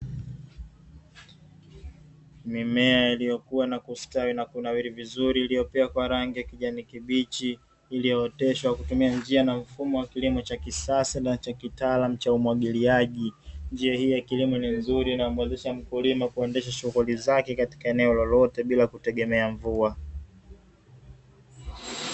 Mimea iliyokua na kustawi na kunawiri vizuri iliyopea kwa rangi ya kijani kibichi, iliyooteshwa kwa kutumia njia na mfumo wa kilimo cha kisasa na cha kitaalamu cha umwagiliaji. Njia hii ya kilimo ni nzuri, inayomuwezesha mkulima kuendesha shughuli zake katika eneo lolote bila kutegemea mvua.